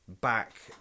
back